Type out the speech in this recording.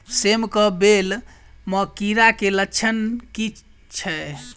सेम कऽ बेल म कीड़ा केँ लक्षण की छै?